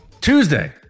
Tuesday